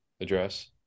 address